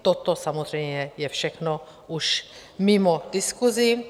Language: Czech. Toto samozřejmě je všechno už mimo diskusi.